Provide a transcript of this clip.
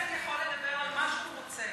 חבר כנסת יכול לדבר על מה שהוא רוצה,